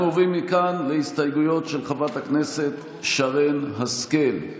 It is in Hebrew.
אנחנו עוברים מכאן להסתייגויות של חברת הכנסת שרן השכל.